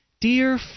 Dear